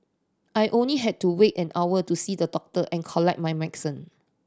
I only had to wait an hour to see the doctor and collect my medicine